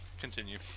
continue